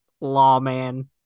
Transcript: lawman